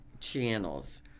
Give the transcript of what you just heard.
channels